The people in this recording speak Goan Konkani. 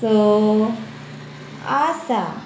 आसा